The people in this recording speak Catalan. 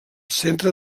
centre